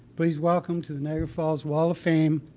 please welcome to the niagara falls wall of fame,